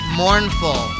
mournful